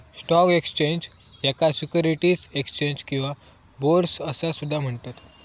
stock exchange, याका securities exchange किंवा bourse असा सुद्धा म्हणतत